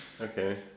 Okay